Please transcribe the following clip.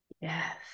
Yes